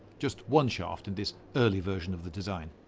just one shaft in this early version of the design.